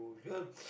because